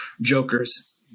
Jokers